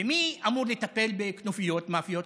ומי אמור לטפל בכנופיות, במאפיות?